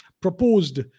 proposed